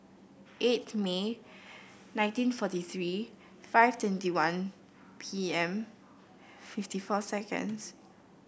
eighth May nineteen forty three five twenty one P M fifty four seconds